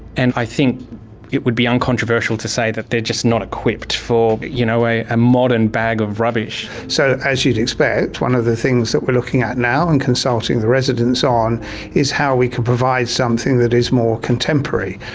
and i think it would be uncontroversial to say that they're just not equipped for you know a ah modern bag of rubbish. so as you'd expect one of the things that we're looking at now and consulting the residents on is how we can provide something that is more contemporary.